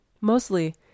Mostly